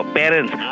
parents